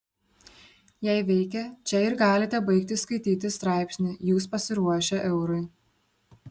jei veikia čia ir galite baigti skaityti straipsnį jūs pasiruošę eurui